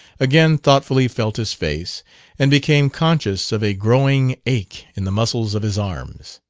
again thoughtfully felt his face and became conscious of a growing ache in the muscles of his arms.